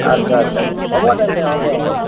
আচ্ছা আচ্ছা আচ্ছা হ'ব তেন্তে হ'ব হ'ব